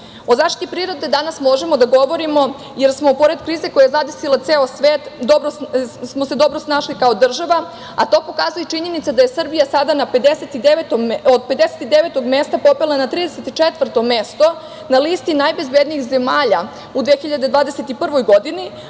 zaštiti prirode danas možemo da govorimo jer smo pored krize koja je zadesila ceo svet, dobro smo se snašli kao država, a to pokazuje i činjenica da se Srbija sada od 59. mesta popela na 34. mesto na listi najbezbednijih zemalja u 2021. godini,